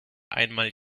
einmal